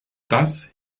das